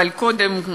אבל קודם,